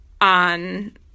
on